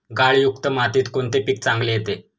गाळयुक्त मातीत कोणते पीक चांगले येते?